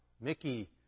Mickey